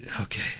okay